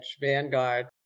vanguard